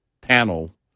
panel